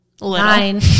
nine